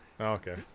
okay